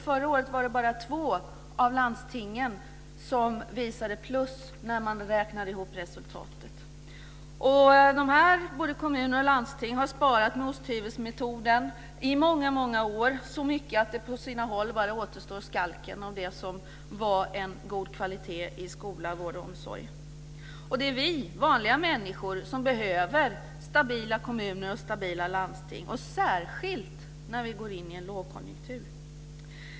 Förra året var det bara två av landstingen som visade plus när man räknade ihop resultatet. Både kommuner och landsting har sparat med osthyvelsmetoden i många år. De har sparat så mycket att det på sina håll bara återstår skalken av det som var en god kvalitet i skola, vård och omsorg. Det är vi vanliga människor som behöver stabila kommuner och stabila landsting. Det gäller särskilt när vi går in i en lågkonjunktur.